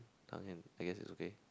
tang-yuan I guess it's okay